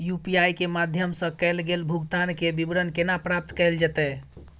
UPI के माध्यम सं कैल गेल भुगतान, के विवरण केना प्राप्त कैल जेतै?